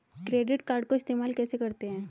Credit card को इस्तेमाल कैसे करते हैं?